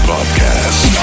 Podcast